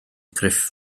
gruff